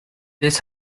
this